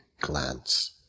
glance